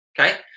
okay